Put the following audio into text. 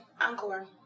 Encore